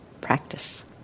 practice